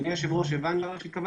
אדוני היושב-ראש, הבנת את מה שהתכוונתי?